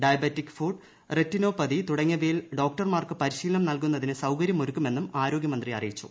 diabetic foot retinopathy തുടങ്ങിയവയിൽ ഡോക്ടർമാർക്ക് പരിശീലനം നൽകുന്നതിന് സൌകര്യമൊരുക്കുമെന്നും ആരോഗ്യമന്ത്രി അറിയിച്ചു